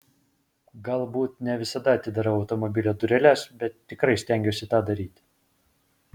galbūt ne visada atidarau automobilio dureles bet tikrai stengiuosi tą daryti